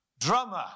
Drummer